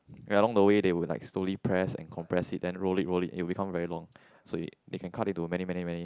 ya along the way they would like slowly press and compress it then roll it roll it it become very long so it they can cut it to many many many